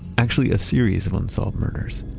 actually a series of unsolved murders,